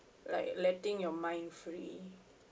like letting your mind free